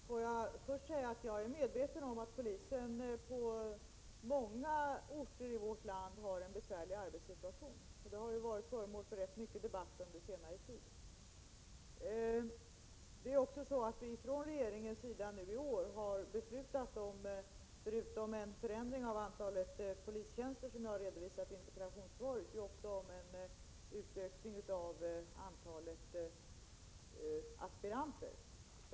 Herr talman! Jag är medveten om att polisen på många orter i vårt land har en besvärlig arbetssituation, och det är en fråga som har varit föremål för rätt mycket debatt under senare tid. Regeringen har också i år beslutat, förutom om en förändring av antalet polistjänster, som jag har redovisat i interpellationssvaret, också om en utökning av antalet aspiranter.